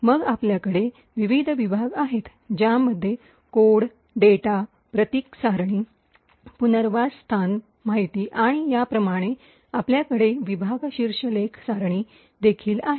मग आपल्याकडे विविध विभाग आहेत ज्यामध्ये कोड डेटा प्रतीक सारणी पुनर्वास स्थान माहिती आणि याप्रमाणे आपल्याकडे विभाग शीर्षलेख सारणी देखील आहे